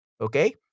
Okay